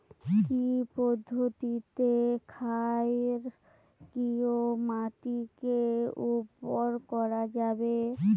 কি পদ্ধতিতে ক্ষারকীয় মাটিকে উর্বর করা যাবে?